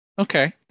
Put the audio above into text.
Okay